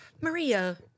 maria